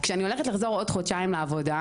כשאחזור בעוד חודשיים לעבודה,